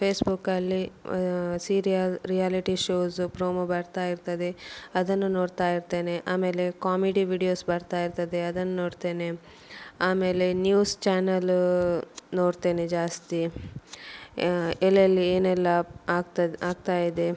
ಫೇಸ್ಬುಕ್ಕಲ್ಲಿ serial reality shows promo ಬರ್ತಾ ಇರ್ತದೆ ಅದನ್ನು ನೋಡ್ತಾ ಇರ್ತೇನೆ ಆಮೇಲೆ ಕಾಮಿಡಿ ವೀಡಿಯೋಸ್ ಬರ್ತಾ ಇರ್ತದೆ ಅದನ್ನ ನೋಡ್ತೇನೆ ಆಮೇಲೆ ನ್ಯೂಸ್ ಚಾನಲ್ ನೋಡ್ತೇನೆ ಜಾಸ್ತಿ ಎಲ್ಲೆಲ್ಲಿ ಏನೆಲ್ಲ ಆಗ್ತದೆ ಆಗ್ತಾ ಇದೆ